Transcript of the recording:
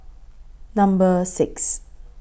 Number six